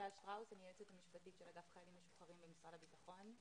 אני היועצת המשפטית של אגף חיילים משוחררים במשרד הביטחון.